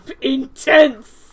Intense